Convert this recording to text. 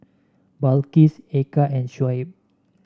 Balqis Eka and Shoaib